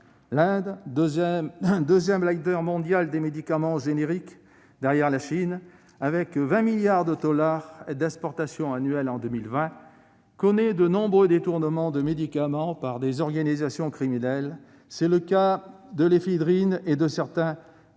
l'Inde, deuxième leader mondial des médicaments génériques derrière la Chine, avec 20 milliards de dollars d'exportations annuelles cette année, connaît de nombreux détournements de médicaments par des organisations criminelles. Sont concernés notamment l'éphédrine et certains antalgiques,